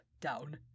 down